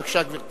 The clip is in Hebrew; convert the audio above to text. בבקשה, גברתי.